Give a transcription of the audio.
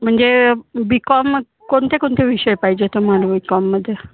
म्हणजे B com कोणतेकोणते विषय पाहिजे तुम्हाला बी कॉममध्ये